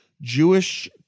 Jewish